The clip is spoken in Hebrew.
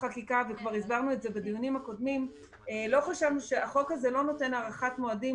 הסברנו בדיונים הקודמים שהחוק הזה לא נותן הארכת מועדים,